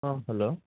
hello